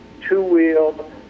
two-wheeled